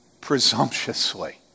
presumptuously